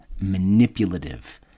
manipulative